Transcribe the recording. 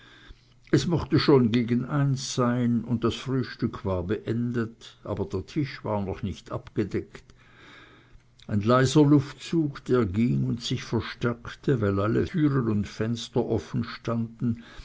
es mochte schon gegen eins sein und das frühstück war beendet aber der tisch noch nicht abgedeckt ein leiser luftzug der ging und sich verstärkte weil alle türen und fenster offen standen